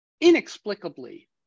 inexplicably